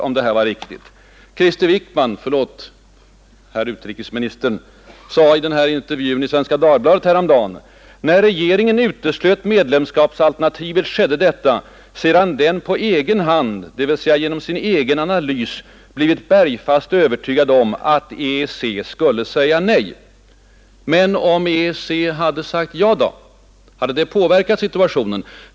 Krister Wickman — förlåt, herr utrikesministern — sade i intervjun i Svenska Dagbladet i söndags: ”När regeringen uteslöt medlemskapsalternativet skedde detta sedan den ”på egen hand”, d.v.s. genom sin egen analys, blivit bergfast övertygad om att EEC skulle säga nej.” Men om EEC hade sagt ja? Vilka slutsatser skulle man då ha dragit?